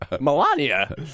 Melania